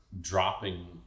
dropping